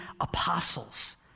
apostles